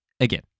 Again